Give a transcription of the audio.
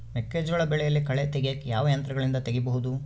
ಮೆಕ್ಕೆಜೋಳ ಬೆಳೆಯಲ್ಲಿ ಕಳೆ ತೆಗಿಯಾಕ ಯಾವ ಯಂತ್ರಗಳಿಂದ ತೆಗಿಬಹುದು?